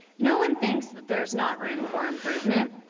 no one thinks that there's not room for improvement,